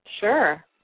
Sure